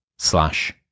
slash